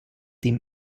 dem